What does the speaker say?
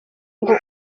ngo